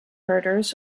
herders